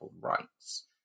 rights